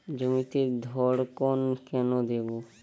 জমিতে ধড়কন কেন দেবো?